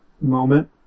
moment